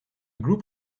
group